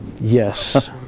Yes